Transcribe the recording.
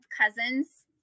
cousins